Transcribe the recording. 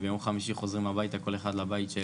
וביום חמישי חוזרים הביתה כל אחד לבית שלו.